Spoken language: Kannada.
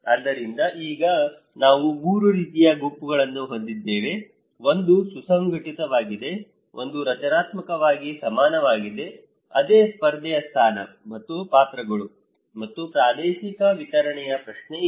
ಆದ್ದರಿಂದ ಈಗ ನಾವು 3 ರೀತಿಯ ಗುಂಪುಗಳನ್ನು ಹೊಂದಿದ್ದೇವೆ ಒಂದು ಸುಸಂಘಟಿತವಾಗಿದೆ ಒಂದು ರಚನಾತ್ಮಕವಾಗಿ ಸಮಾನವಾಗಿದೆ ಅದೇ ಸ್ಪರ್ಧೆಯ ಸ್ಥಾನ ಮತ್ತು ಪಾತ್ರಗಳು ಮತ್ತು ಪ್ರಾದೇಶಿಕ ವಿತರಣೆಯ ಪ್ರಶ್ನೆ ಇದೆ